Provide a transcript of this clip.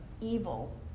evil